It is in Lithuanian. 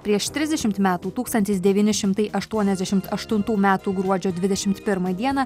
prieš trisdešimt metų tūkstantis devyni šimtai aštuoniasdešimt aštuntų metų gruodžio dvidešimt pirmą dieną